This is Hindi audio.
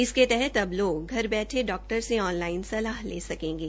इसे तहत अब लोग घर बैठे डॉक्टर से ऑनलाइन सलाह ले सकेंगे